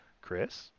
Chris